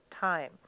time